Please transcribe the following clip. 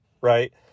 right